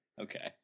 Okay